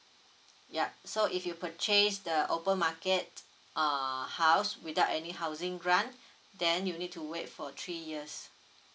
yup so if you purchase the open market uh house without any housing grant then you need to wait for three years